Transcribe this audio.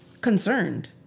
concerned